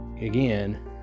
again